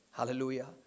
Hallelujah